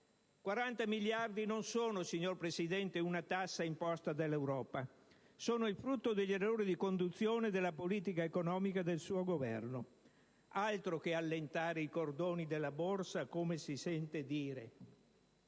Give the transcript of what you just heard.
miliardi non sono, signor Presidente, una tassa imposta dall'Europa, ma il frutto degli errori di conduzione della politica economica del suo Governo; altro che allentare i cordoni della borsa, come si sente dire.